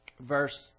verse